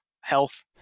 health